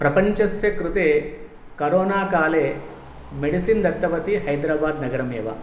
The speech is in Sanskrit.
प्रपञ्चस्य कृते करोना काले मेडिसिन् दत्तवान् हैद्राबाद् नगरमेव